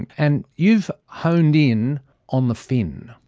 and you've honed in on the fin.